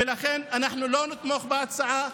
ולכן אנחנו לא נתמוך בהצעה.